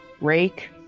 Rake